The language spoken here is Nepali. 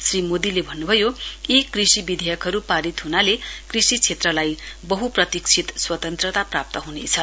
श्री मोदीले भन्नुभयो यी कृषि विधेयकहरू पारित हुनाले कृषि क्षेत्रलाई बहप्रतीक्षित स्वतन्त्रता प्राप्त ह्नेछ